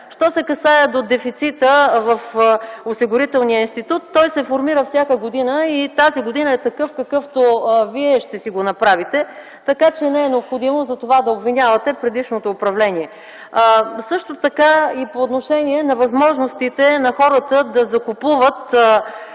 Що се касае до дефицита в Осигурителния институт. Той се формира всяка година и тази година е такъв, какъвто вие ще си го направите, така че не е необходимо за това да обвинявате предишното управление. Също така и по отношение на възможностите на хората да закупуват